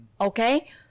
Okay